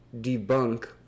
debunk